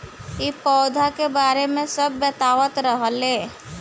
इ पौधा के बारे मे सब बतावत रहले